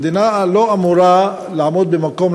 המדינה לא אמורה לעמוד במקום,